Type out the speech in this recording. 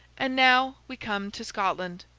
and now we come to scotland,